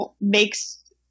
makes